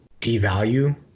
devalue